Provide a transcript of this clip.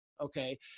Okay